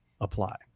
apply